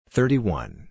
Thirty-one